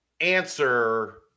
answer